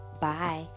Bye